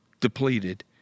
depleted